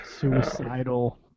Suicidal